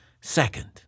Second